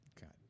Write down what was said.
God